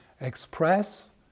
express